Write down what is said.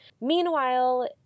Meanwhile